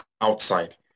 outside